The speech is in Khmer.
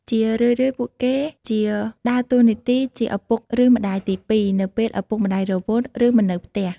ជារឿយៗ ពួកគេជាដើរតួនាទីជាឪពុកឬ ម្ដាយទីពីរ នៅពេលឪពុកម្តាយរវល់ឬ មិននៅផ្ទះ។